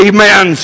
Amen